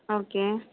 okay